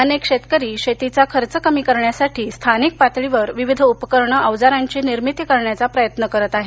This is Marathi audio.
अनेक शेतकरी शेतीचा खर्च कमी करण्यासाठी स्थानिक पातळीवर विविध उपकरण औजारांची निर्मिती करण्याचा प्रयत्न करत आहेत